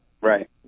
Right